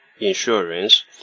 insurance